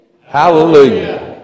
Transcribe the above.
Hallelujah